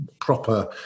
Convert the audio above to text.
proper